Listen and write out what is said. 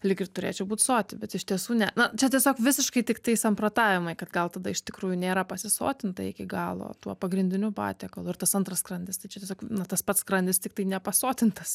lyg ir turėčiau būt soti bet iš tiesų ne na čia tiesiog visiškai tiktai samprotavimai kad gal tada iš tikrųjų nėra pasisotinta iki galo tuo pagrindiniu patiekalu ir tas antras skrandis tai čia tiesiog na tas pats skrandis tiktai nepasotintas